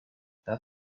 that